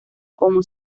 como